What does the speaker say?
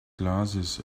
glasses